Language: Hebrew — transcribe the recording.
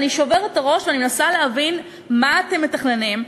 אני שוברת את הראש ואני מנסה להבין מה אתם מתכננים,